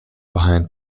behind